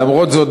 למרות זאת,